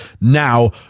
Now